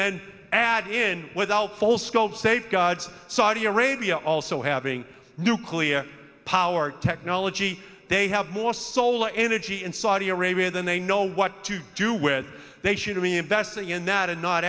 then add in without full scope safeguards saudi arabia also having nuclear power technology they have more solar energy in saudi arabia than they know what to do where they should be investing in that and not